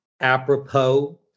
apropos